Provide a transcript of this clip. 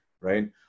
right